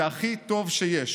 זה הכי טוב שיש.